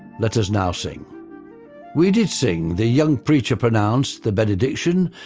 let us now sing we did sing. the young preacher pronounced the benediction.